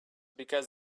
because